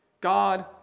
God